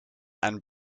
and